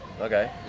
okay